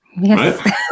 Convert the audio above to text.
Yes